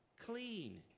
clean